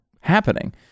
happening